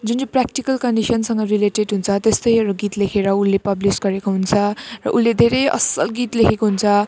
जुन चाहिँ प्र्याक्टिकल कन्डिसनसँग रिलेटेड हुन्छ त्यस्तैहरू गीतहरू लेखेर उसले पब्लिस गरेको हुन्छ र उसले धेरै असल गीत लेखेको हुन्छ